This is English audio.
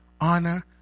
honor